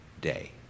day